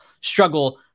struggle